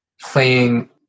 playing